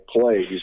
plays